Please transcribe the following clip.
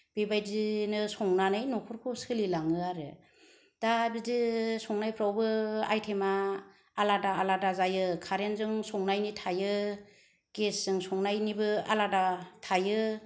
बेबायदिनो संनानै न'खरखौ सोलिलाङो आरो दा बिदि संनायफ्रावबो आयथेमा आलादा आलादा जायो कारेन्ट जों संनायनि थायो गेसजों संनायनिबो आलादा थायो